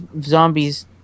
zombies